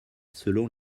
selon